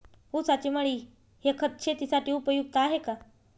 ऊसाची मळी हे खत शेतीसाठी उपयुक्त आहे का?